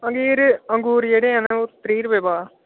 अंगूर अंगूर जेह्ड़े हैन ओह् त्रीह् रपेऽ भाऽ